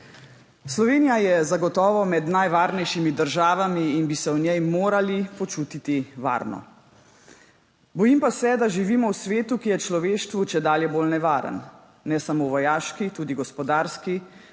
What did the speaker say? Slovenija je zagotovo med najvarnejšimi državami in bi se v njej morali počutiti varno. Bojim pa se, da živimo v svetu, ki je človeštvu čedalje bolj nevaren. Ne samo vojaški, tudi gospodarski,